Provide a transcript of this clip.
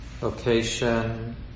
location